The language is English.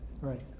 right